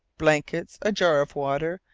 blankets, a jar of water,